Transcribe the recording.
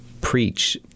preach